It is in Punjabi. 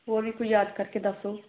ਹੋਰ ਵੀ ਕੋਈ ਯਾਦ ਕਰਕੇ ਦੱਸ ਦਿਓ